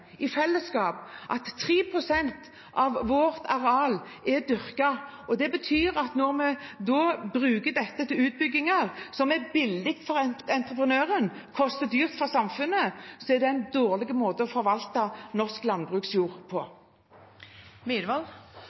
i fellesskap en kjempeutfordring med tanke på at kun 3 pst. av vårt areal er dyrket. Det betyr at når vi bruker dette til utbygginger, som er billig for entreprenøren og dyrt for samfunnet, er det en dårlig måte å forvalte norsk landbruksjord